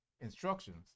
instructions